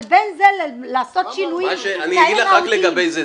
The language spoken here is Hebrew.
אבל בין זה ללעשות שינויים --- אני אגיד לך רק לגבי זה,